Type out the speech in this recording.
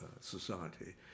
society